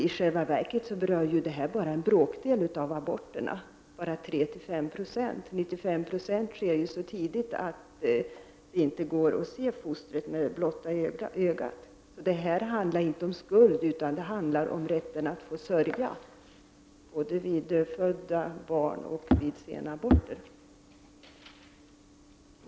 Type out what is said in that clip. I själva verket berör detta endast en bråkdel av aborterna, bara 3—5 96. 95 96 av aborterna sker så tidigt att det inte går att se fostret med blotta ögat. Detta handlar inte om skuld, utan om rätten att få sörja både när det gäller dödfödda barn och när det gäller sena aborter.